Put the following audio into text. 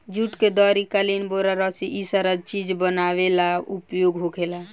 जुट के दरी, कालीन, बोरा, रसी इ सारा चीज बनावे ला उपयोग होखेला